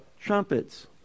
Trumpets